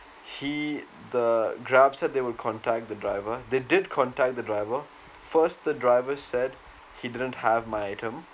he the grab said they will contact the driver they did contact the driver first the driver said he didn't have my item